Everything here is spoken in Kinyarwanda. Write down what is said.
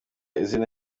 izindi